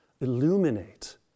illuminate